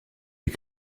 des